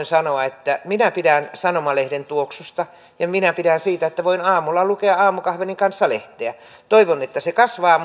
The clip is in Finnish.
sanoa että minä pidän sanomalehden tuoksusta ja minä pidän siitä että voin aamulla lukea aamukahvini kanssa lehteä toivon että se kasvaa